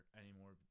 anymore